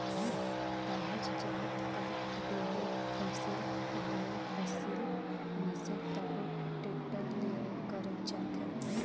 काहीच जाएत कर डोहई, फसिल बुनई, फसिल मिसई तको टेक्टर ले ही करल जाथे